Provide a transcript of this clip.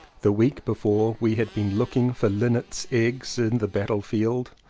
the week before we had been looking for linnets' eggs in the battle field,